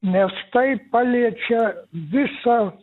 nes tai paliečia visą